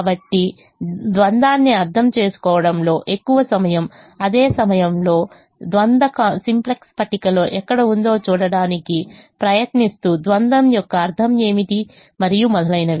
కాబట్టి ద్వంద్వాన్ని అర్థం చేసుకోవడంలో ఎక్కువ సమయం అదే సమయంలో ద్వంద్వ సింప్లెక్స్ పట్టికలో ఎక్కడ ఉందో చూడటానికి ప్రయత్నిస్తూ ద్వంద్వ యొక్క అర్థం ఏమిటి మరియు మొదలైనవి